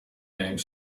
name